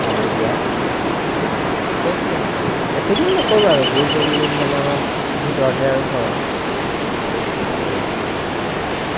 পানী দিয়া সেইটোৱেই বেছি দিন নকৰোঁ আৰু দুই তিনিদিনমানৰ ভিতৰতে আৰু ঘৰ